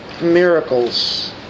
miracles